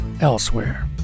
Elsewhere